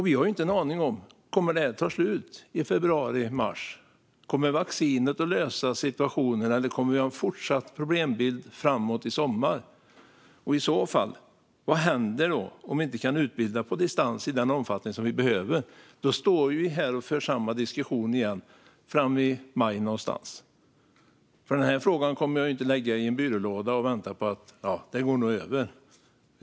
Vi har inte en aning om huruvida det kommer att ta slut i februari eller mars och om vaccin kommer att lösa situationen eller om vi fortfarande kommer att ha en problembild i sommar. Vad händer i så fall, om vi inte kan utbilda på distans i den omfattning som vi behöver? Då kommer vi att stå här och föra samma diskussion igen framåt maj. Den här frågan kommer jag inte att lägga i en byrålåda och vänta på att det hela ska gå över.